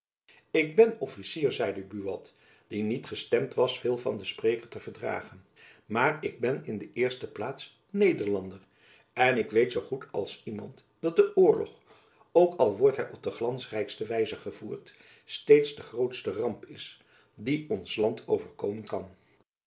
ik ben officier zeide buat die niet gestemd was veel van den spreker te verdragen maar ik ben in de eerste plaats nederlander en ik weet zoo goed als iemand dat de oorlog ook al wordt hy op de glansrijkste wijze gevoerd steeds de grootste ramp is die ons land overkomen kan